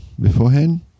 beforehand